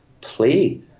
play